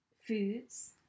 foods